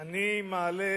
אני מעלה